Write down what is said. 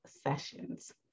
Sessions